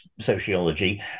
sociology